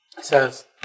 says